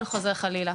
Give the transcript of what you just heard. הכל חוזר חלילה.